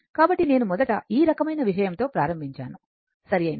కాబట్టి నేను మొదట ఈ రకమైన విషయంతో ప్రారంభించాను సరియైనది